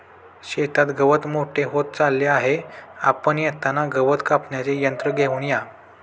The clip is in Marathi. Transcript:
शेतात गवत मोठे होत चालले आहे, आपण येताना गवत कापण्याचे यंत्र घेऊन या